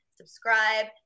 subscribe